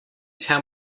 tell